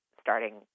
starting